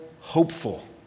hopeful